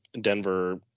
Denver